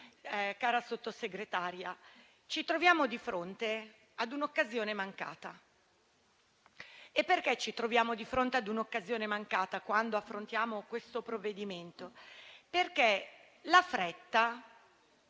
Cara Sottosegretaria, ci troviamo di fronte a un'occasione mancata. Perché ci troviamo di fronte a un'occasione mancata quando affrontiamo questo provvedimento? La fretta